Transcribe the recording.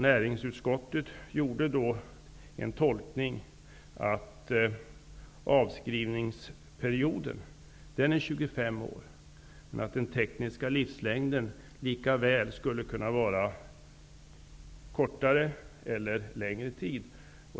Näringsutskottet gjorde då tolkningen att avskrivningsperioden är 25 år, men att den tekniska livslängden likaväl skulle kunna vara kortare eller längre.